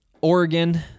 Oregon